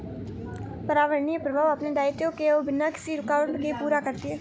पर्यावरणीय प्रवाह अपने दायित्वों को बिना किसी रूकावट के पूरा करती है